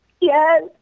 Yes